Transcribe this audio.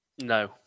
no